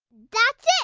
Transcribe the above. that it.